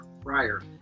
prior